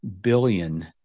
billion